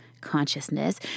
consciousness